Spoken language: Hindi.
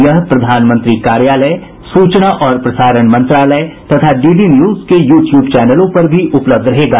यह प्रधानमंत्री कार्यालय सूचना और प्रसारण मंत्रालय तथा डीडी न्यूज के यू ट्यूब चैनलों पर भी उपलब्ध रहेगा